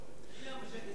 בגין בחוץ.